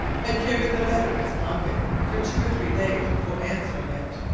had carried the letter in his pocket for two or three days before answering it.